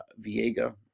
Viega